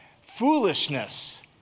Foolishness